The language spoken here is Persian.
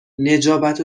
نجابت